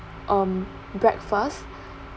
um breakfast